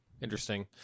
Interesting